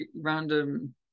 random